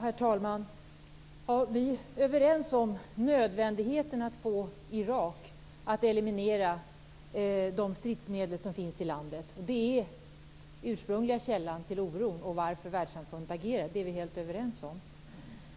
Herr talman! Vi är överens om nödvändigheten av att få Irak att eliminera de stridsmedel som finns i landet. De är den ursprungliga källan till oro och orsaken till att världssamfundet agerar. Det är vi helt överens om.